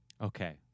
Okay